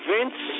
Vince